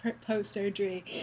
post-surgery